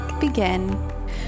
begin